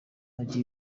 agira